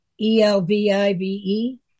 E-L-V-I-V-E